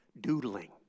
doodling